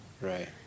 right